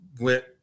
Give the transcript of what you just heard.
went